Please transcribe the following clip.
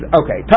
okay